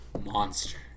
Monster